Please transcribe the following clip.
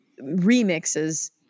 remixes